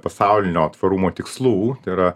pasaulinio tvarumo tikslų tai yra